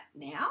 now